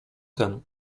ten